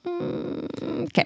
Okay